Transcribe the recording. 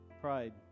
pride